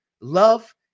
love